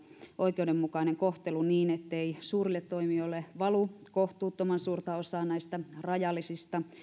oikeudenmukainen kohtelu niin ettei suurille toimijoille valu kohtuuttoman suurta osaa näistä rajallisista